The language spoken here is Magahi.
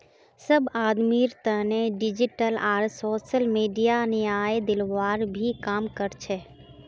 सब आदमीर तने डिजिटल आर सोसल मीडिया न्याय दिलवार भी काम कर छे